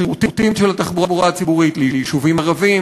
השירותים של התחבורה הציבורית ליישובים ערביים,